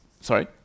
Sorry